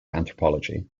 anthropology